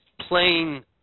playing